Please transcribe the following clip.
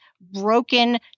broken